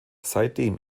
seitdem